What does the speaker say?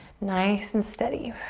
nice and steady.